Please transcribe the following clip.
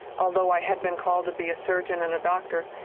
although i had been called to be a surgeon and a doctor.